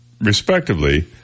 respectively